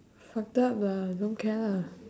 fucked up lah don't care lah